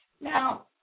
Now